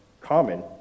common